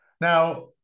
Now